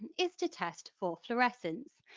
is to test for fluorescence.